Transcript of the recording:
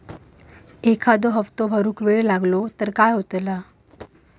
एखादो हप्तो भरुक वेळ लागलो तर काय होतला?